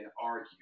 argue